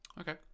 Okay